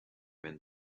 then